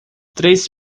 três